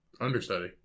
Understudy